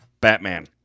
Batman